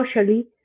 socially